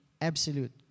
absolute